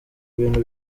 ibintu